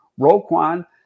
Roquan